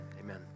Amen